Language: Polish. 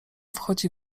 wchodzi